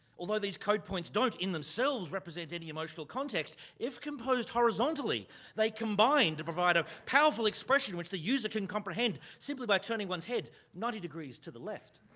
although these code points don't in themselves represent any emotional context, if composed horizontally they combine to provide a powerful expression which the user can comprehend simply by turning one's head ninety degrees to the left.